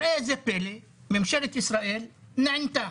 ראה איזה פלא, ממשלת ישראל נענתה